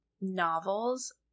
novels